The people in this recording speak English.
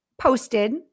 posted